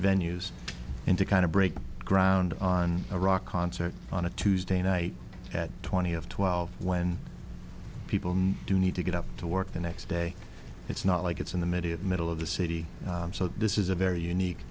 venues into kind of break ground on a rock concert on a tuesday night at twenty of twelve when people do need to get up to work the next day it's not like it's in the middle of the middle of the city so this is a very unique